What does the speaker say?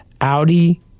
Audi